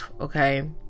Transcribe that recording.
okay